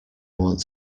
want